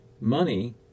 money